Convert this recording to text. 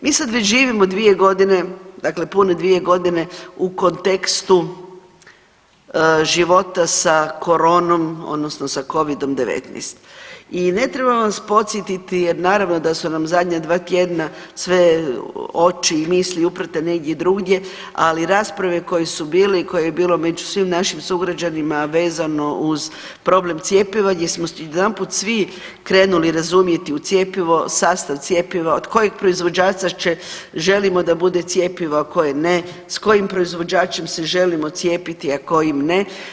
Mi sad već živimo 2 godine, dakle pune 2 godine u kontekstu života sa koronom, odnosno sa Covidom 19 i ne trebam vas podsjetiti jer naravno da su nam zadnja 2 tjedna sve oči i misli uprte negdje drugdje, ali rasprave koje su bili i koje je bilo među svim našim sugrađanima vezano u problem cjepiva gdje smo odjedanput svi krenuli razumjeti u cjepivo, sastav cjepiva, od kojeg proizvođača želimo da bude cjepivo, a koje ne, s kojim proizvođačem se želimo cijepiti, a kojim ne.